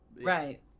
right